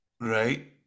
Right